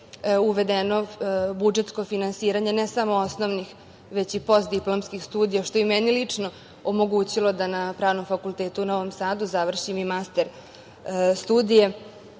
uvedeno budžetsko finansiranje, ne samo osnovnih, već i postdiplomskih studija, što je meni lično, omogućilo da na Pravnom fakultetu u Novom Sadu završim i master studije,